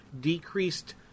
decreased